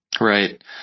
Right